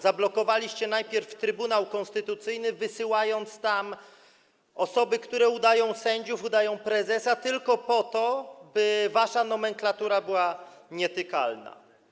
Zablokowaliście najpierw Trybunał Konstytucyjny, wysyłając tam osoby, które udają sędziów, udają prezesa, tylko po to, by wasza nomenklatura była nietykalna.